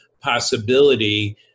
possibility